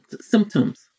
symptoms